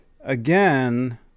again